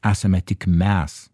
esame tik mes